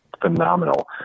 phenomenal